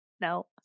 No